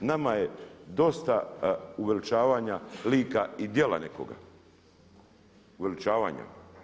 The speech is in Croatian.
Nama je dosta uveličavanja lika i djela nekoga, uveličavanja.